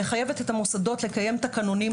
היא מחייבת את המוסדות לקיים תקנונים.